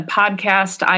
podcast